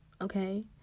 okay